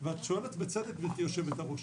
ואת שואלת בצדק גברתי יושבת הראש.